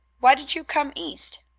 why did you come east?